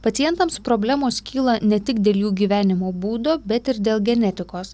pacientams problemos kyla ne tik dėl jų gyvenimo būdo bet ir dėl genetikos